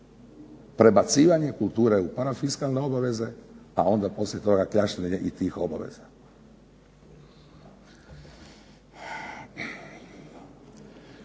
Prebacivanje kulture u para fiskalne obaveze, a onda poslije toga kljaštanje i tih obaveza.